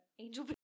Angel